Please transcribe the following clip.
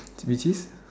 which is